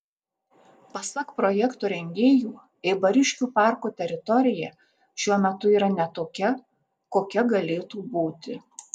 pasak projekto rengėjų eibariškių parko teritorija šiuo metu yra ne tokia kokia galėtų būti